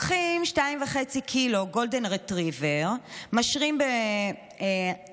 לוקחים 2.5 קילו גולדן רטריבר, משרים במרינדה.